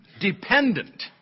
dependent